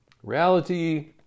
reality